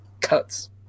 cuts